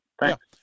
thanks